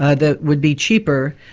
ah that would be cheaper,